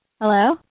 Hello